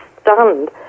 stunned